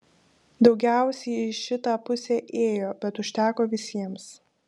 daugiausiai į šitą pusę ėjo bet užteko visiems